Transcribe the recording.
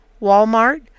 Walmart